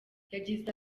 yagize